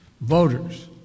voters